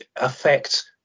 affect